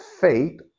fate